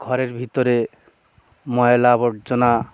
ঘরের ভিতরে ময়লা আবর্জনা